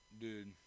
Dude